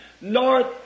North